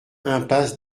impasse